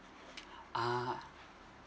uh